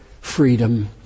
freedom